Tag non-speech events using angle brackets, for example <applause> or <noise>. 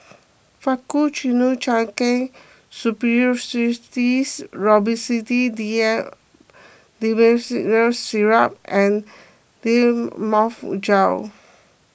Faktu <unintelligible> D M <unintelligible> Syrup and Difflam Mouth Gel